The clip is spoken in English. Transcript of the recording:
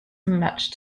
much